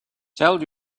tell